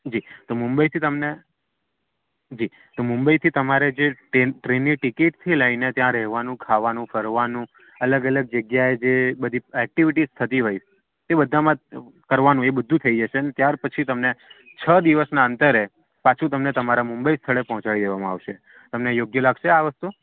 જી તો મુંબઈથી તમને જી તો મુંબઈથી તમારે જે ટ્રેનની ટિકિટથી લઈને ત્યાં રહેવાનું ખાવાનું ફરવાનું અલગ અલગ જગ્યાએ જે બધી એક્ટિવિટીસ થતી હોય તે બધામાં કરવાનું એ બધું થઈ જશે ને ત્યાર પછી તમને છ દિવસના અંતરે પાછું તમને તમારા મુંબઈ સ્થળે પહોંચાડી દેવામાં આવશે તમને યોગ્ય લાગશે આ વસ્તુ